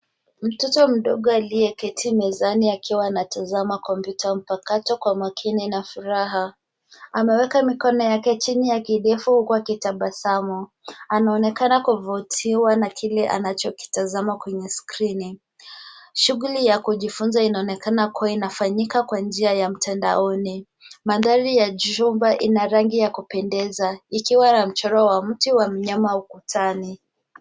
Mtoto mdogo aliyeketi mezani akiwa anatazama kompyuta mpakato kwa makini na furaha. Ameweka mikono yake chini ya kidevu huku akitabasamu. Anaonekana kuvutiwa na kile anachokitazama kwenye skrini. Shughuli ya kujifunza inaonekana kuwa inafanyika kwa njia ya mtandaoni. Mandhari ya jumba ina rangi ya kupendeza, ikiwa ya mchoro wa mti wa mnyama ukutani.